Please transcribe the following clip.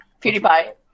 PewDiePie